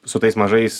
su tais mažais